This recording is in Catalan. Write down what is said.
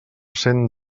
cent